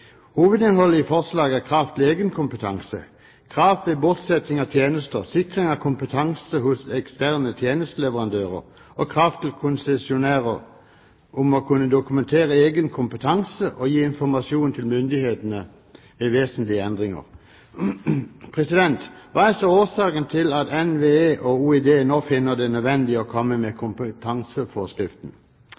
Hovedinnholdet i forslaget er krav til egen kompetanse, krav ved bortsetting av tjenester, sikring av kompetanse hos ekstern tjenesteleverandør og krav til konsesjonær om å kunne dokumentere egen kompetanse og om å gi informasjon til myndighetene ved vesentlige endringer. Hva er så årsakene til at NVE og Olje- og energidepartementet nå finner det nødvendig å komme med kompetanseforskriften?